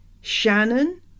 Shannon